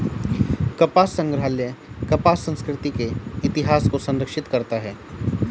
कपास संग्रहालय कपास संस्कृति के इतिहास को संरक्षित करता है